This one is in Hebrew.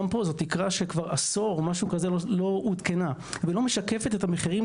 גם פה זו תקרה שכבר עשור לא עודכנה ולא משקפת את המחירים,